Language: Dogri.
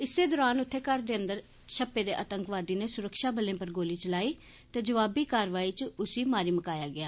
इस्सै दरान उत्थें इक घरै अंद छप्पे दे आतंकवादी नै सुरक्षा बलें पर गोली चलाई ते जवाबी कारवाई च उसी मारी मकाया गेआ